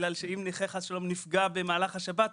בגלל שאם נכה חס ושללום נפגע במהלך השבת,